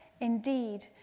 indeed